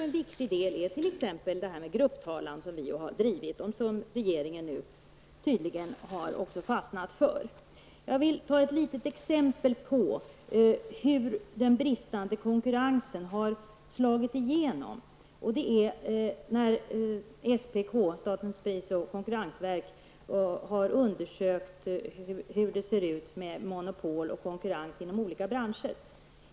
En viktig del är grupptalan -- en fråga som vi har drivit och som regeringen nu tydligen också fastnat för. Bara ett exempel på hur detta med bristande konkurrens har fallit ut. SPK, statens pris och konkurrensverk, har undersökt förhållandena vad gäller monopol och konkurrens inom olika branscher.